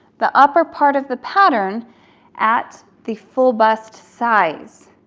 the upper part of the pattern at the full bust size.